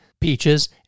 Peaches